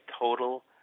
total